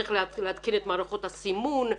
צריך להתקין את מערכות הסימון,